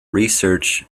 research